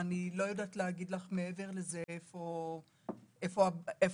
אני לא יודעת להגיד מעבר לזה איפה הבעיה.